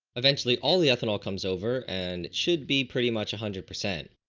eventually all the ethanol comes over and should be pretty much a hundred percent.